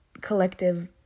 collective